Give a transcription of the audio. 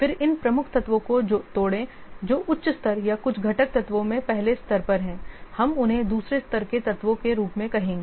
फिर इन प्रमुख तत्वों को तोड़ें जो उच्च स्तर या कुछ घटक तत्वों में पहले स्तर पर हैं हम उन्हें दूसरे स्तर के तत्वों के रूप में कहेंगे